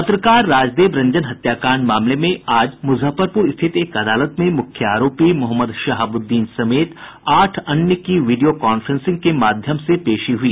पत्रकार राजदेव रंजन हत्याकांड मामले में आज मुजफ्फरपुर स्थित एक अदालत में मुख्य आरोपी मोहम्मद शहाबुद्दीन समेत आठ अन्य की वीडियो कांफ्रेंसिंग के माध्यम से पेशी हुई